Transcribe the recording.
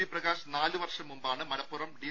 V Prakash നാലു വർഷം മുമ്പാണ് മലപ്പുറം ഡി